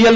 L